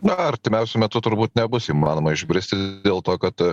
na artimiausiu metu turbūt nebus įmanoma išbristi dėl to kad